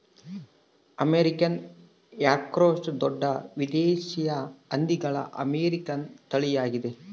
American Yorkshire ದೊಡ್ಡ ದೇಶೀಯ ಹಂದಿಗಳ ಅಮೇರಿಕನ್ ತಳಿಯಾಗಿದೆ